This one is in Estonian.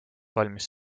valmis